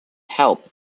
help